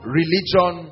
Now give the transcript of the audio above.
religion